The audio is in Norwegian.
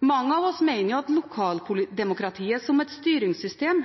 Mange av oss mener jo at lokaldemokratiet som et styringssystem